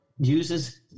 uses